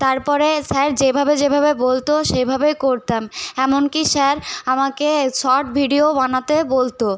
তারপরে স্যার যেভাবে যেভাবে বলতো সেভাবে করতাম এমন কি স্যার আমাকে শট ভিডিও বানাতে বলতো